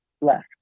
left